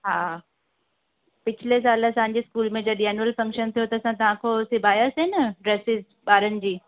हा पिछ्ले साल असांजे स्कूल में जॾहिं एनुअल फंक्शन थियो त असां तव्हां खां उहो सिबायासीं न ड्रेसिस ॿारनि जी